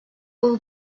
will